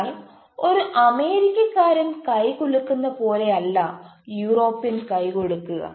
എന്നാൽ ഒരു അമേരിക്കക്കാരൻ കൈ കുലുക്കുന്ന പോലെ അല്ല യുറോപ്യൻ കൈ കൊടുക്കുക